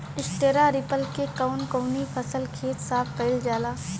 Straw reaper से कवन कवनी फसल के खेत साफ कयील जाला?